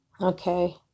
Okay